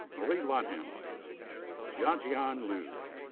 marie lothamer. jiajian lu.